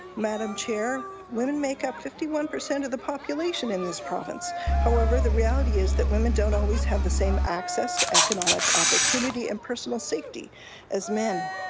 madam chair, women make up fifty one percent of the population in this province however the reality is that women don't always have the same access to economic opportunity and personal safety as men.